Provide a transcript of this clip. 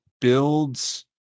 builds